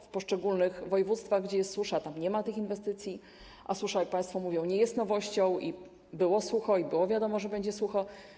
W poszczególnych województwach, gdzie jest susza, nie ma tych inwestycji, a susza, jak państwo mówią, nie jest nowością - było sucho i było wiadomo, że będzie sucho.